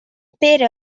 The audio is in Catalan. pere